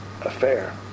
affair